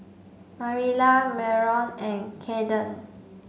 Marilla Myron and Kaydence